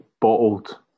bottled